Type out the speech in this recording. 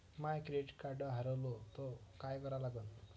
माय credit card हारवलं तर काय करा लागन?